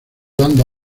dando